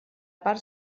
part